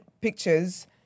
pictures